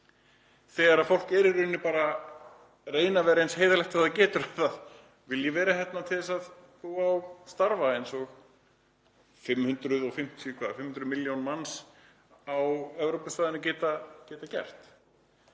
þegar fólk er í rauninni bara reyna að vera eins heiðarlegt og það getur. Það vill vera hérna til að búa og starfa eins og 500 milljónir manna á Evrópusvæðinu geta gert,